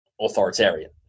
authoritarian